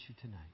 tonight